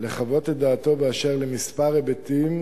לחוות את דעתו באשר לכמה היבטים